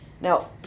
Now